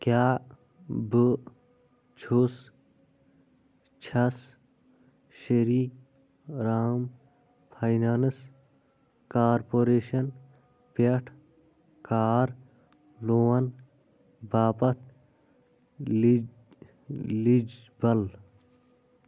کیٛاہ بہٕ چھُس چھَس شِری رام فاینانٕس کارپوریشن پٮ۪ٹھ کار لون باپتھ لہِ لِجبَل